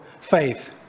faith